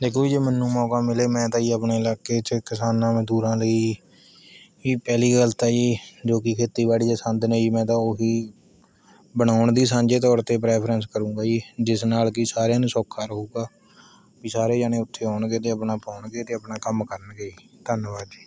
ਦੇਖੋ ਜੇ ਮੈਨੂੰ ਮੌਕਾ ਮਿਲੇ ਮੈਂ ਤਾਂ ਜੀ ਆਪਣੇ ਇਲਾਕੇ 'ਚ ਕਿਸਾਨਾਂ ਮਜ਼ਦੂਰਾਂ ਲਈ ਵੀ ਪਹਿਲੀ ਗੱਲ ਤਾਂ ਜੀ ਜੋ ਕਿ ਖੇਤੀਬਾੜੀ ਦੇ ਸੰਦ ਨੇ ਜੀ ਮੈਂ ਤਾਂ ਉਹੀ ਬਣਾਉਣ ਦੀ ਸਾਂਝੇ ਤੌਰ 'ਤੇ ਪ੍ਰੈਫਰੈਂਸ ਕਰੂੰਗਾ ਜੀ ਜਿਸ ਨਾਲ਼ ਕਿ ਸਾਰਿਆਂ ਨੂੰ ਸੌਖਾ ਰਹੂਗਾ ਵੀ ਸਾਰੇ ਜਣੇ ਉੱਥੇ ਆਉਣਗੇ ਅਤੇ ਆਪਣਾ ਪਾਉਣਗੇ ਅਤੇ ਆਪਣਾ ਕੰਮ ਕਰਨਗੇ ਜੀ ਧੰਨਵਾਦ ਜੀ